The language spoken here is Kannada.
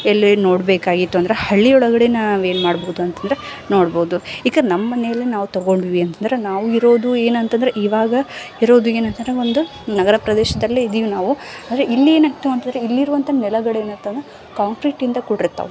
ಎಲ್ಲಿ ನೋಡಬೇಕಾಗಿತ್ತು ಅಂದ್ರೆ ಹಳ್ಳಿ ಒಳಗಡೆ ನಾವು ಏನು ಮಾಡಬಹುದು ಅಂತಂದರೆ ನೋಡ್ಬೋದು ಏಕಂದ ನಮ್ಮನೆಯಲ್ಲಿ ನಾವು ತೊಗೊಂಡ್ವಿ ಅಂತಂದ್ರೆ ನಾವು ಇರೋದು ಏನಂತಂದ್ರೆ ಇವಾಗ ಇರೋದು ಏನಂತಂದ್ರೆ ಒಂದು ನಗರ ಪ್ರದೇಶದಲ್ಲೆ ಇದೀವಿ ನಾವು ಆದರೆ ಇಲ್ಲಿ ಏನಾಗ್ತು ಅಂತಂದರೆ ಇಲ್ಲಿರುವಂಥ ನೆಲಗಳು ಏನಾಗ್ತ ಅಂದರೆ ಕಾಂಕ್ರೀಟಿಂದ ಕೂಡಿರ್ತವ